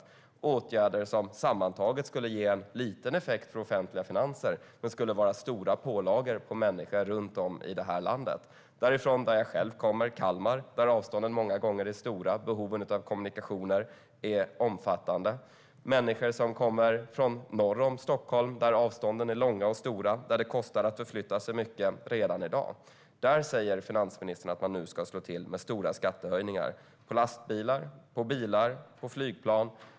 Dessa åtgärder skulle sammantaget ge en liten effekt på offentliga finanser, men det skulle vara stora pålagor för människor runt om i det här landet. Jag kommer själv från Kalmar där avstånden många gånger är stora. Behovet av kommunikationer är omfattande. För människor som bor norr om Stockholm där avstånden är stora kostar det redan i dag mycket att förflytta sig. Där säger finansministern att hon nu ska slå till med stora skattehöjningar på lastbilar, bilar och flygplan.